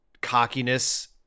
cockiness